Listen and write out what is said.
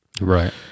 Right